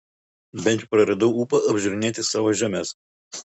bent jau praradau ūpą apžiūrinėti savo žemes